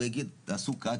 הוא יגיד תעשו קט,